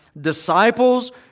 Disciples